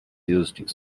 used